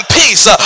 peace